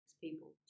people